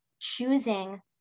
choosing